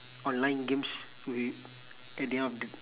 online games wi~ at the end of th~